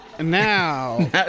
Now